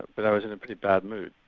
but i was in a pretty bad mood.